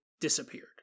disappeared